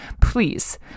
Please